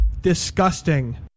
Disgusting